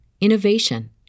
innovation